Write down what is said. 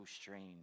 strange